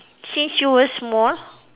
since you were small